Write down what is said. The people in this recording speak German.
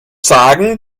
sagen